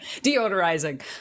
Deodorizing